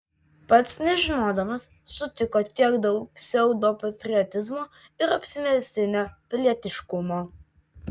pats nežinodamas sutiko tiek daug pseudopatriotizmo ir apsimestinio pilietiškumo